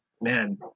man